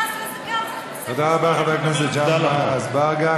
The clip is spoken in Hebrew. תודה רבה, חבר הכנסת ג'מעה אזברגה.